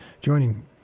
Joining